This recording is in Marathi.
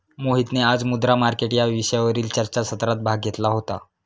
मोहितने आज मुद्रा मार्केट या विषयावरील चर्चासत्रात भाग घेतला होता